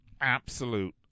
absolute